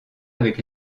avec